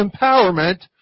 empowerment